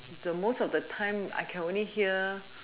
the most of the time I can only hear